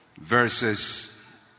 verses